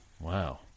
Wow